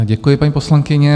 Děkuji, paní poslankyně.